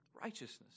righteousness